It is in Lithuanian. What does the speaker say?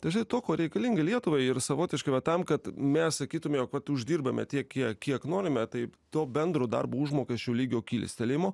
tai žinai to ko reikalinga lietuvai ir savotiškai va tam kad mes sakytume kad uždirbame tiek kiek kiek norime tai to bendro darbo užmokesčių lygio kilstelėjimo